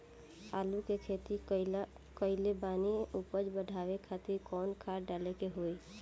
आलू के खेती कइले बानी उपज बढ़ावे खातिर कवन खाद डाले के होई?